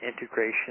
integration